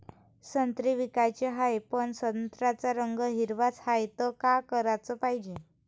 संत्रे विकाचे हाये, पन संत्र्याचा रंग हिरवाच हाये, त का कराच पायजे?